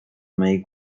mej